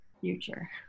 Future